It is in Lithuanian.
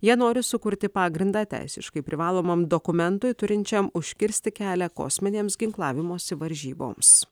jie nori sukurti pagrindą teisiškai privalomam dokumentui turinčiam užkirsti kelią kosminėms ginklavimosi varžyboms